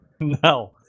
No